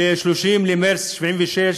ב-30 במרס 1976,